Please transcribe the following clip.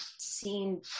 seen